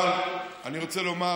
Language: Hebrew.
אבל אני רוצה לומר